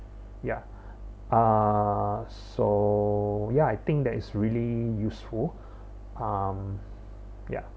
ya uh so ya I think that is really useful um ya